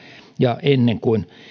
ja ennen kuin